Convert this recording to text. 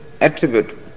attribute